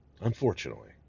unfortunately